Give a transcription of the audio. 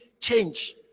change